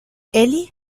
eli